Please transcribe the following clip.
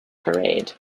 parade